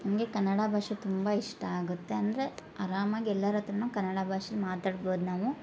ನಮಗೆ ಕನ್ನಡ ಭಾಷೆ ತುಂಬ ಇಷ್ಟ ಆಗುತ್ತೆ ಅಂದರೆ ಆರಾಮಾಗಿ ಎಲ್ಲರ ಹತ್ರನು ಕನ್ನಡ ಭಾಷೆ ಮಾತಾಡ್ಬೋದು ನಾವು